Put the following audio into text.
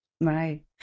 Right